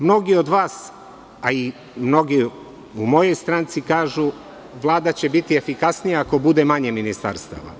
Mnogi od vas, a i mnogi u mojoj stranci kažu, Vlada će biti efikasnija ako bude manje ministarstava.